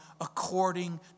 according